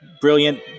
brilliant